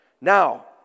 Now